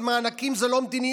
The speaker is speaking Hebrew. אבל מענקים זה לא מדיניות.